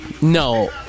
no